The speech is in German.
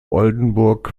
oldenburg